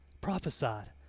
prophesied